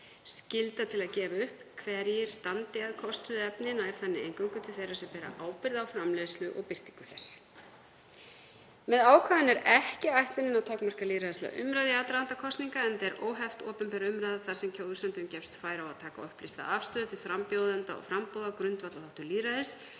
Skyldan til að gefa upp hverjir standi að kostuðu efni nær þannig eingöngu til þeirra sem ábyrgð bera á framleiðslu og birtingu þess. Með ákvæðinu er ekki ætlunin að takmarka lýðræðislega umræðu í aðdraganda kosninga enda er óheft opinber umræða þar sem kjósendum gefst færi á að taka upplýsta afstöðu til frambjóðenda og framboða grundvallarþáttur lýðræðis.